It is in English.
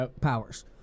powers